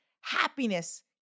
happiness